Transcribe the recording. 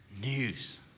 news